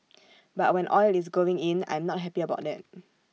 but when oil is going in I'm not happy about that